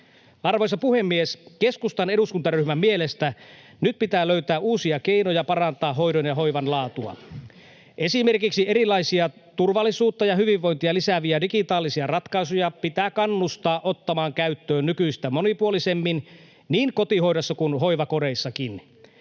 Arvoisa puhemies! Keskustan eduskuntaryhmän mielestä nyt pitää löytää uusia keinoja parantaa hoidon ja hoivan laatua. Esimerkiksi erilaisia turvallisuutta ja hyvinvointia lisääviä digitaalisia ratkaisuja pitää kannustaa ottamaan käyttöön [Kokoomuksen ryhmästä: Oikein!] nykyistä monipuolisemmin niin kotihoidossa kuin hoivakodeissakin.